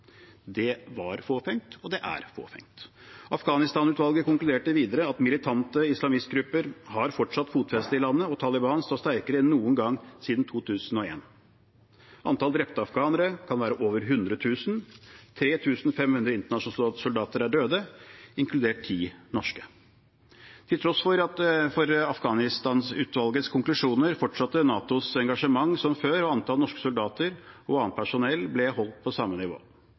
Det var fåfengt, og det er fåfengt. Afghanistan-utvalget konkluderte videre med at militante islamistgrupper fortsatt hadde fotfeste i landet, og at Taliban var sterkere enn noen gang siden 2001. Antall drepte afghanere kan være over 100 000. 3 500 internasjonale soldater er døde, inkludert 10 norske. Til tross for Afghanistan-utvalgets konklusjoner fortsatte NATOs engasjement som før, og antallet norske soldater og annet personell ble holdt på samme nivå.